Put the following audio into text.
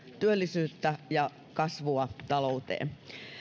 työllisyyttä ja kasvua talouteen